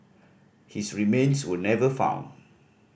his remains were never found